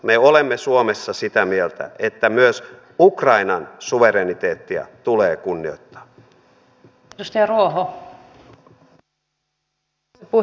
me olemme suomessa sitä mieltä että myös ukrainan suvereniteettia tulee kunnioittaa